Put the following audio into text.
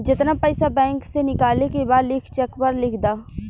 जेतना पइसा बैंक से निकाले के बा लिख चेक पर लिख द